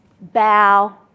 bow